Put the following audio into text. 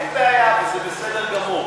אין בעיה וזה בסדר גמור.